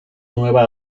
nueva